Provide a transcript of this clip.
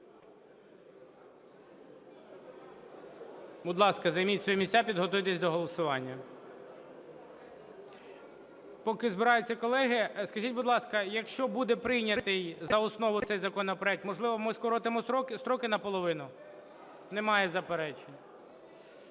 Будь ласка, займіть свої місця, підготуйтеся до голосування. Поки збираються колеги, скажіть, будь ласка, якщо буде прийнятий за основу цей законопроект, можливо, ми скоротимо строки наполовину? Немає заперечень.